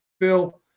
Phil